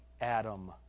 Adam